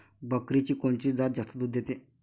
बकरीची कोनची जात जास्त दूध देते?